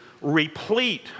replete